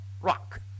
rock